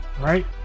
right